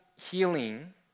healing